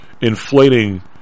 inflating